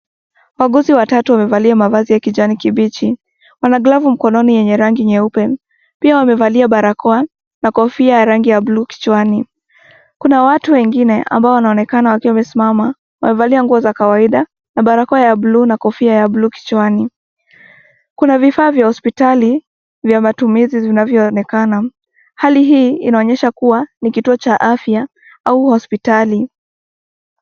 Wauguzi watatu wamevalia mavazi ya kijani kibichi. Wana glavu mkononi yenye rangi nyeupe. Pia wamevalia barakoa na kofia ya rangi ya buluu kichwani. Kuna watu wengine ambao wanaonekana wakiwa wamesimama; wamevalia nguo za kawaida na barakoa ya buluu na kofia ya buluu kichwani. Kuna vifaa vya hospitali vya matumizi vinavyoonekana. Hali hii inaonyesha kuwa ni kituo cha afya au hospitali.